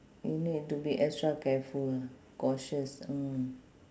you need to be extra careful ah cautious mm